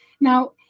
Now